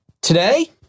today